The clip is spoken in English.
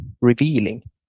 revealing